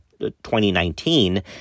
2019